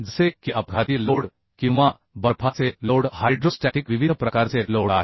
जसे की अपघाती लोड किंवा बर्फाचे लोड हायड्रोस्टॅटिक विविध प्रकारचे लोड आहेत